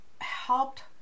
helped